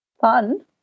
Fun